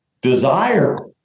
desire